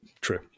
true